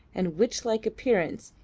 and witch-like appearance,